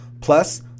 plus